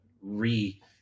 re-